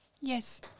Yes